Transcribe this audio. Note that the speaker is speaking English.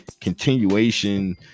continuation